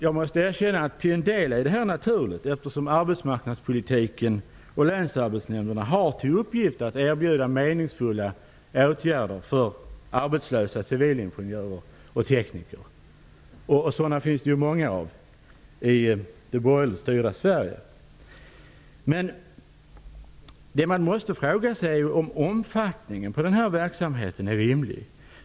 Jag måste erkänna att till en del är detta naturligt, eftersom arbetsmarknadspolitiken och länsarbetsnämnderna har till uppgift att erbjuda meningsfulla åtgärder för arbetslösa civilingenjörer och tekniker, och sådana finns det ju många av i det borgerligt styrda Man måste dock fråga sig om huruvida omfattningen på denna verksamhet är rimlig.